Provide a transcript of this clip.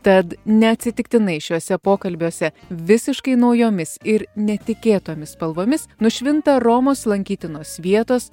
tad neatsitiktinai šiuose pokalbiuose visiškai naujomis ir netikėtomis spalvomis nušvinta romos lankytinos vietos